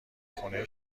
خونه